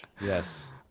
Yes